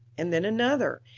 and then another,